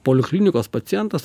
poliklinikos pacientas